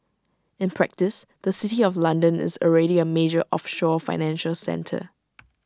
in practice the city of London is already A major offshore financial centre